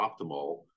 optimal